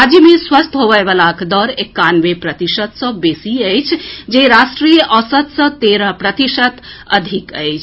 राज्य मे स्वस्थ होबयवला के दर एकानवे प्रतिशत सॅ बेसी अछि जे राष्ट्रीय औसत सॅ तेरह प्रतिशत अधिक अछि